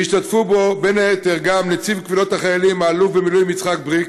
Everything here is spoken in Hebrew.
והשתתפו בו בין היתר נציב קבילות החיילים האלוף במילואים יצחק בריק,